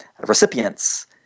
recipients